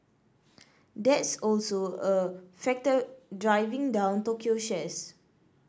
that's also a factor driving down Tokyo shares